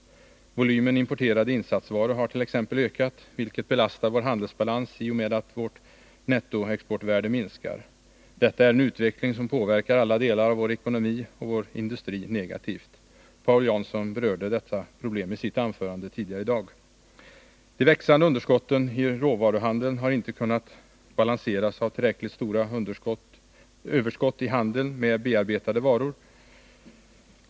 Volymen importerade insatsvaror har t.ex. ökat, vilket belastar vår handelsbalans i och med att vårt nettoexportvärde minskar. Detta är en utveckling som påverkar alla delar av vår ekonomi och vår industri negativt. Paul Jansson berörde detta problem tidigare i dag. De växande underskotten i råvaruhandeln har inte kunnat balanseras av tillräckligt stora överskott i handeln med bearbetade varor.